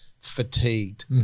fatigued